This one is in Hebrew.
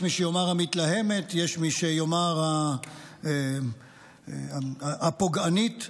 יש מי שיאמר המתלהמת, יש מי שיאמר הפוגענית.